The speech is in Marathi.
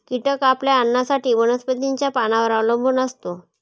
कीटक आपल्या अन्नासाठी वनस्पतींच्या पानांवर अवलंबून असतो